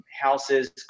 houses